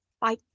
Bye